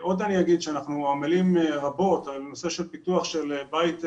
אנחנו עמלים רבות על הנושא של פיתוח של בית מאזן.